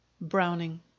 browning